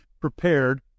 prepared